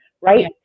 Right